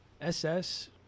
SS